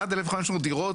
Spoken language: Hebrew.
עד 1,500 דירות,